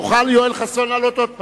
יוכל חבר הכנסת יואל חסון לעלות עוד פעם.